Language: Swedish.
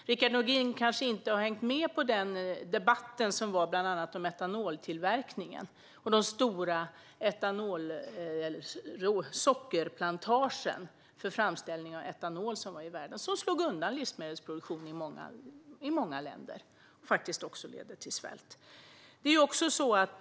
Rickard Nordin kanske inte hängde med i den debatt som ägde rum om bland annat etanoltillverkningen och de stora sockerplantager för framställning av etanol som fanns i världen. Det slog undan livsmedelsproduktionen i många länder och ledde faktiskt även till svält.